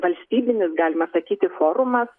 valstybinis galima sakyti forumas